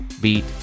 beat